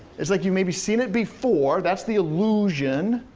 it's like you've maybe seen it before, that's the illusion.